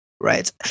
Right